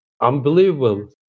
Unbelievable